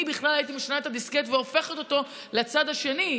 אני בכלל הייתי משנה את הדיסקט והופכת אותו לצד השני.